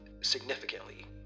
significantly